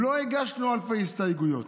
לא הגשנו אלפי הסתייגויות.